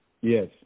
Yes